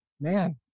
man